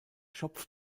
schopf